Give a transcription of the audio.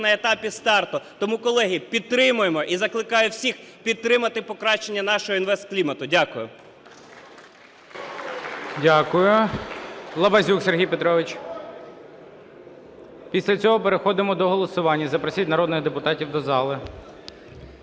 на етапі старту. Тому, колеги, підтримуємо, і закликаю всіх підтримати покращення нашого інвестклімату. Дякую.